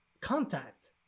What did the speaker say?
contact